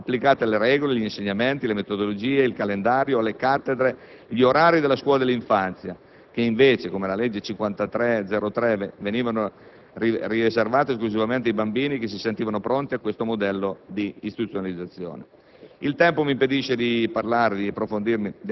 di un pezzo degli asili nido, al quale verranno applicati gli insegnamenti, le regole, le metodologie, il calendario, le cattedre e gli orari della scuola dell'infanzia, che invece, con la legge n. 53 del 2003, venivano riservati esclusivamente ai bambini che si sentivano pronti a questo modello di istituzionalizzazione.